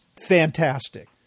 fantastic